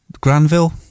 Granville